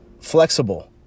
flexible